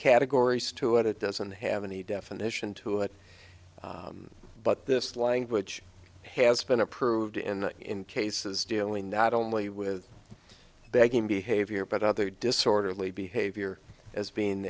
categories to it it doesn't have any definition to it but this language has been approved in in cases dealing not only with banking behavior but other disorderly behavior as being